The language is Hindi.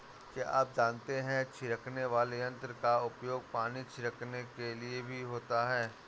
क्या आप जानते है छिड़कने वाले यंत्र का उपयोग पानी छिड़कने के लिए भी होता है?